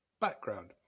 Background